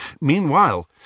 Meanwhile